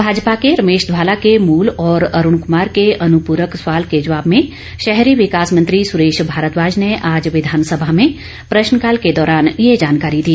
भाजपा के रमेश धवाला के मूल और अरुण कुमार के अनुपूरक सवाल के जवाब में शहरी विकास मंत्री सुरेश भारद्वाज ने आज विधानसभा में प्रश्नकाल के दौरान यह जानकारी दी